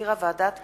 שהחזירה ועדת החוקה,